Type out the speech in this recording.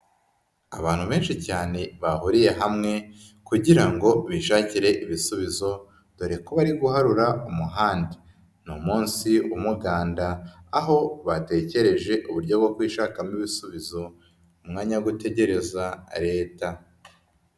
Abantu benshi cyane bahuriye hamwe kugira ngo bishakire ibisubizo dore ko bari guharura umuhanda, ni umunsi w'umuganda aho batekereje uburyo bwo kwishakamo ibisubizo mu mwanya wo gutegereza Leta.